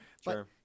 Sure